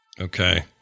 Okay